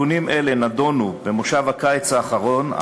תיקונים אלה נדונו במושב הקיץ האחרון,